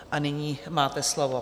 A nyní máte slovo.